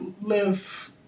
live